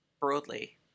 broadly